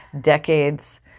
decade's